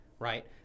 Right